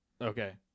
Okay